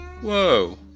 whoa